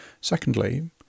Secondly